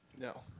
No